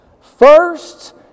first